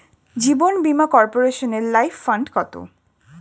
জীবন বীমা কর্পোরেশনের life fund কত?